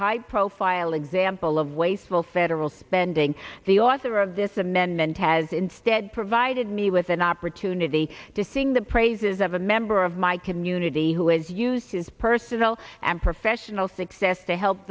high profile example of wasteful federal spending the author of this amendment has instead provided me with an opportunity to sing the praises of a member of my community who has used his personal and professional success to help